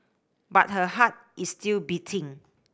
but her heart is still beating